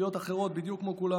תשתיות אחרות בדיוק כמו כולם,